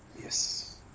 Yes